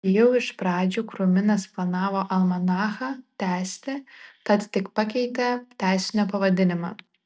jau iš pradžių kruminas planavo almanachą tęsti tad tik pakeitė tęsinio pavadinimą